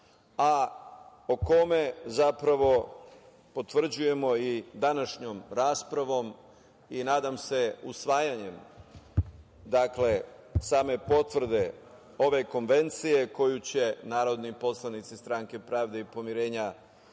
a o kome zapravo potvrđujemo i današnjom raspravom i nadam se usvajanjem, same potvrde ove konvencije koju će narodni poslanici Stranke pravde i pomirenja